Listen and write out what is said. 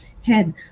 head